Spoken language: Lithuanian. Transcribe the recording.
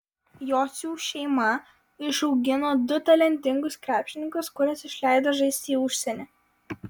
jocių šeima išaugino du talentingus krepšininkus kuriuos išleido žaisti į užsienį